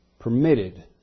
Permitted